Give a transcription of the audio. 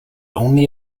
only